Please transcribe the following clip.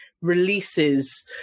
releases